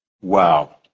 Wow